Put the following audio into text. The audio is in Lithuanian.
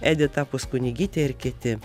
edita puskunigytė ir kiti